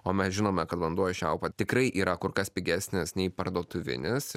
o mes žinome kad vanduo iš čiaupo tikrai yra kur kas pigesnis nei parduotuvinis